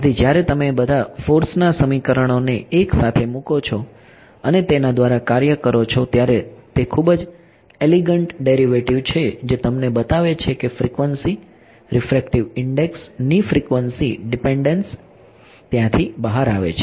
તેથી જ્યારે તમે બધા ફોર્સ ના સમીકરણોને એકસાથે મૂકો છો અને તેના દ્વારા કાર્ય કરો છો ત્યારે તે ખૂબ જ એલીગંટ ડેરીવેટીવ છે જે તમને બતાવે છે કે ફ્રિકવન્સી રીફ્રેક્ટિવ ઇન્ડેક્સ ની ફ્રિકવન્સી ડીપેન્ડંસ ત્યાંથી બહાર આવે છે